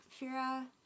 Fira